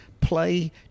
play